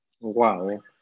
Wow